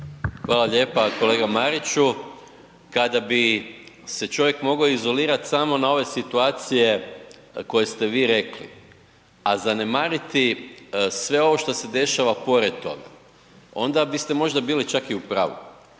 Hvala lijepa. Kolega Mariću, kada bi se čovjek mogao izolirat samo na ove situacije koje ste vi rekli a zanemariti sve ovo što se dešava pored toga onda biste možda bili čak i u pravu